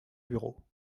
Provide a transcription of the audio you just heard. bureau